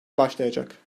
başlayacak